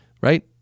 Right